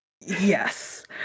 yes